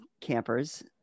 campers